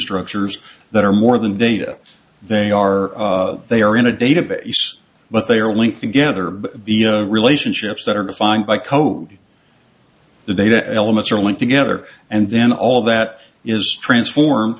structures that are more than data they are they are in a database but they are linked together by the relationships that are defined by code the data elements are linked together and then all of that is transform